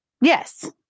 yes